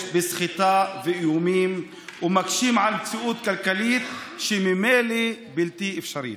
בסחיטה ובאיומים ומקשים על מציאות כלכלית שממילא היא בלתי אפשרית.